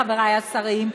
חברי השרים,